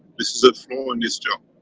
this is a flaw in this job.